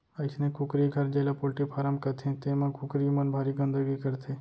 अइसने कुकरी घर जेला पोल्टी फारम कथें तेमा कुकरी मन भारी गंदगी करथे